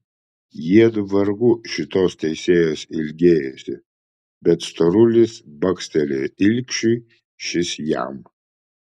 jiedu vargu šitos teisėjos ilgėjosi bet storulis bakstelėjo ilgšiui šis jam